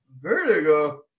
vertigo